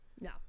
No